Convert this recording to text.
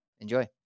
enjoy